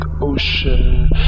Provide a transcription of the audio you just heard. ocean